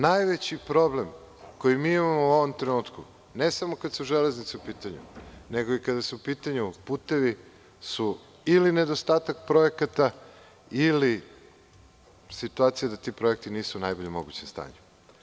Najveći problem koji imamo u ovom trenutku, ne samo kada su železnice u pitanju, nego i kada su u pitanju putevi, su ili nedostatak projekata ili situacija da ti projekti nisu u najboljem mogućem stanju.